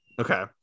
Okay